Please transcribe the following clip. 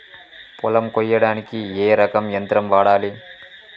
పొలం కొయ్యడానికి ఏ రకం యంత్రం వాడాలి?